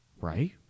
right